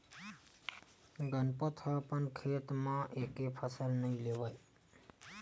गनपत ह अपन खेत म एके फसल नइ लेवय